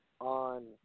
on